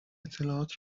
اطلاعات